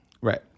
Right